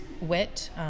WIT